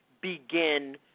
begin